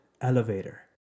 elevator